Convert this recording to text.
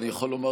אני יכול לומר,